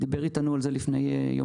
הוא דיבר איתנו על זה לפני יומיים.